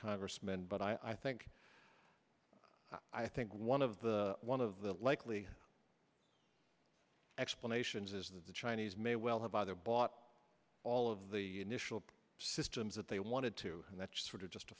congressman but i think i think one of the one of the likely explanations is that the chinese may well have either bought all of the initial systems that they wanted to and that's sort of just a